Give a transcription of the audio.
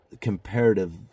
comparative